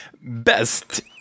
Best